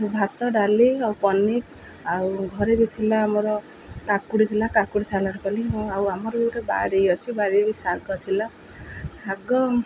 ଭାତ ଡାଲି ଆଉ ପନିର ଆଉ ଘରେ ବି ଥିଲା ଆମର କାକୁଡ଼ି ଥିଲା କାକୁଡ଼ି ସାଲାଡ଼ କଲି ଆଉ ଆମର ଗୋଟେ ବାରି ଅଛି ବାରି ବି ଶାଗ ଥିଲା ଶାଗ